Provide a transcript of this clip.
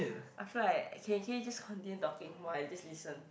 I feel like can can you just continue talking while I just listen